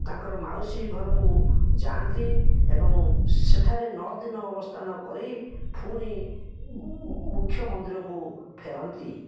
ତାଙ୍କର ମାଉସୀ ଘରକୁ ଯାଆନ୍ତି ଏବଂ ସେଠାରେ ନଅ ଦିନ ଅବସ୍ଥାନ କରି ପୁଣି ମୁଖ୍ୟ ମନ୍ଦିରକୁ ଫେରନ୍ତି